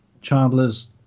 Chandler's